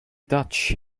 dutch